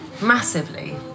massively